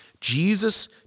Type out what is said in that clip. Jesus